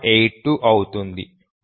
82 అవుతుంది